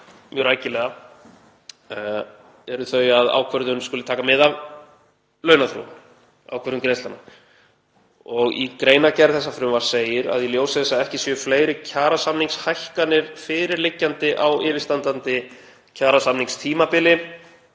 mjög rækilega eru þau að ákvörðun greiðslna skuli taka mið af launaþróun. Í greinargerð þessa frumvarps segir að í ljósi þess að ekki séu fleiri kjarasamningshækkanir fyrirliggjandi á yfirstandandi kjarasamningstímabili